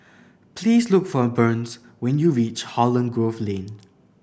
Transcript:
please look for Burns when you reach Holland Grove Lane